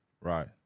right